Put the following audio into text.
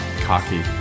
cocky